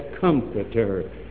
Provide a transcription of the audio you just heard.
comforter